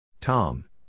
Tom